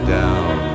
down